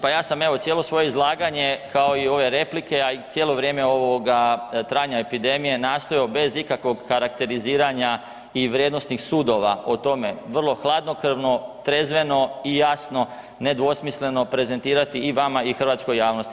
Pa ja sam evo cijelo svoje izlaganje kao i ove replike, a i cijelo vrijeme ovoga trajanja epidemije nastojao bez ikakvog karakteriziranja i vrijednosnih sudova o tome vrlo hladnokrvno, trezveno i jasno, nedvosmisleno prezentirati i vama i hrvatskoj javnosti.